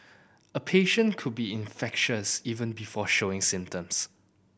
a patient could be infectious even before showing symptoms